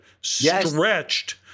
stretched